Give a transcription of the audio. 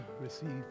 receive